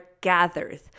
gathered